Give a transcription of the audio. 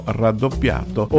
raddoppiato